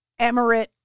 Emirate